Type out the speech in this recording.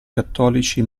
cattolici